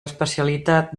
especialitat